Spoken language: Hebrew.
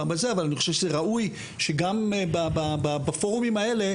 אבל אני חושב שזה ראוי שגם בפורומים האלה,